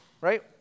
Right